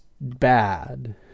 bad